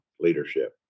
leadership